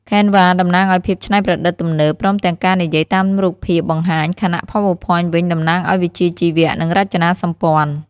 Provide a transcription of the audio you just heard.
Canva តំណាងឱ្យភាពច្នៃប្រឌិតទំនើប ព្រមទាំងការនិយាយតាមរូបភាពបង្ហាញ ខណៈ PowerPoint វិញ តំណាងឱ្យវិជ្ជាជីវៈ និងរចនាសម្ព័ន្ធ។